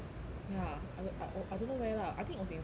ya I don't I oh I don't know where lah I think it was in school